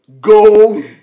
go